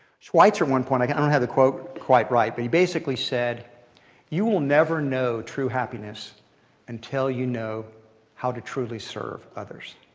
schweitzer at one point i don't have the quote quite right but he basically said you will never know true happiness until you know how to truly serve others.